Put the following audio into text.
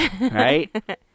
right